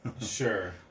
Sure